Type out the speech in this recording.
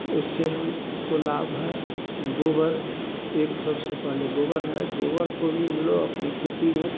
उससे हम को लाभ है गोबर एक सबसे पहले गोबर है गोबर को भी हम लोग अपने खेती में